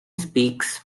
speaks